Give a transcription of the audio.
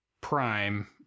prime